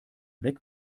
weg